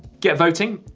get voting.